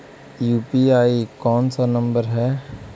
UPI कोन सा number हैं?